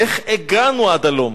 איך הגענו עד הלום?